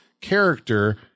character